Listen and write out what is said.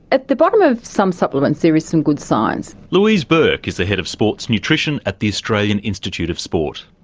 at the bottom of some supplements there is some good science. louise burke is the head of sports nutrition at the australian institute of sport.